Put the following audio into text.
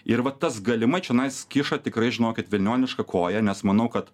ir va tas galima čionais kiša tikrai žinokit velnionišką koją nes manau kad